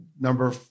number